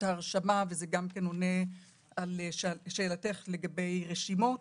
הרשמה וזה עונה על שאלתך לגבי רשימות.